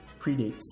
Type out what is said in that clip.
predates